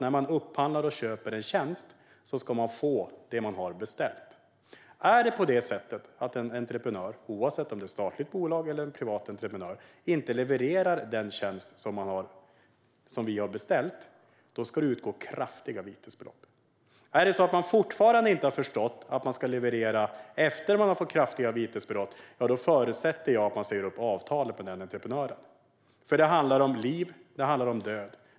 När man upphandlar och köper en tjänst ska man självklart få det som man har beställt. Om en entreprenör - oavsett om det är ett statligt bolag eller en privat entreprenör - inte levererar den tjänst som vi har beställt ska det utgå vite med ett rejält belopp. Om entreprenören fortfarande, efter att den har fått ett kraftigt vite, inte har förstått att den ska leverera förutsätter jag att man säger upp avtalet med entreprenören. Det handlar om liv och död.